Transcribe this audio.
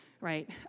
right